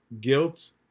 guilt